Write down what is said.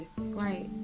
Right